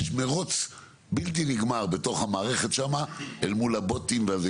יש מירוץ בלתי נגמר בתוך המערכת שם אל מול הבוטים והזה.